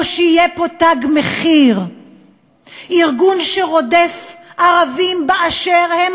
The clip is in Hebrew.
או שיהיה פה "תג מחיר"; ארגון שרודף ערבים באשר הם,